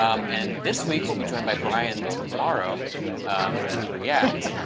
um and this week, we'll be joined by brian tomorrow for some react.